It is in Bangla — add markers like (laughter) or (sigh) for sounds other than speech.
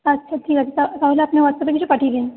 আচ্ছা ঠিক আছে (unintelligible) তাহলে আপনি হোয়াটসঅ্যাপে কিছু পাঠিয়ে দিন